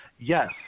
Yes